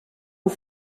aux